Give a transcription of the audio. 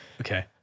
Okay